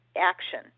action